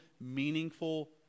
meaningful